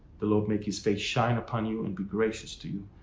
the lord make his face shine upon you and be gracious to you.